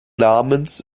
namens